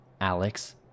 Alex